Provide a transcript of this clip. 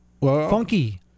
funky